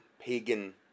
pagan